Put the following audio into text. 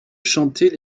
chanter